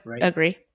agree